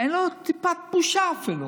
אין לו טיפת בושה אפילו.